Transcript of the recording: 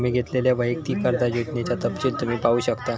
तुम्ही घेतलेल्यो वैयक्तिक कर्जा योजनेचो तपशील तुम्ही पाहू शकता